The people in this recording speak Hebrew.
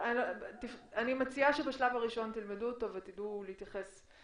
אני מציעה שבשלב הראשון תלמדו אותו ותדעו להתייחס אליו,